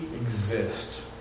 exist